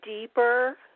deeper